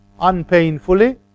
unpainfully